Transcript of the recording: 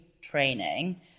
training